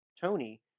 tony